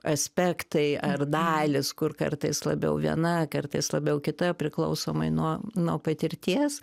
aspektai ar dalys kur kartais labiau viena kartais labiau kita priklausomai nuo nuo patirties